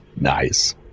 Nice